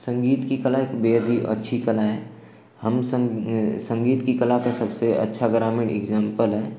संगीत की कला एक बेहद ही अच्छी कला है हम संग संगीत की कला का सबसे अच्छा ग्रामीण इक्ज़ाम्पल है